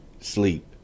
Sleep